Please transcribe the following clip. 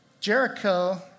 Jericho